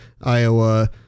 Iowa